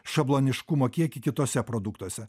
šabloniškumo kiekį kituose produktuose